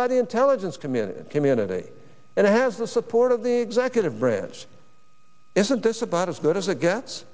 by the intelligence community community and it has the support of the executive branch isn't this about as good as it gets